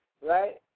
right